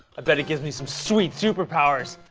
i bet it gives me some sweet super powers.